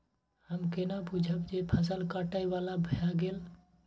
हम केना बुझब जे फसल काटय बला भ गेल?